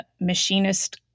machinist